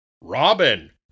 Robin